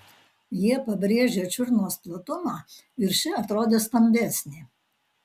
jie pabrėžia čiurnos platumą ir ši atrodo stambesnė